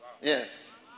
Yes